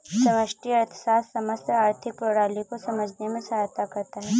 समष्टि अर्थशास्त्र समस्त आर्थिक प्रणाली को समझने में सहायता करता है